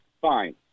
fine